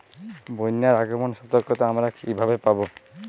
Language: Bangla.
বন্যার আগাম সতর্কতা আমরা কিভাবে পাবো?